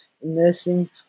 immersing